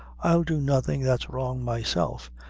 i'll do nothing that's wrong myself,